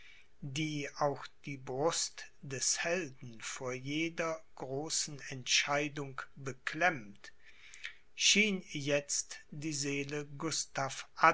die auch die brust des helden vor jeder großen entscheidung beklemmt schien jetzt die seele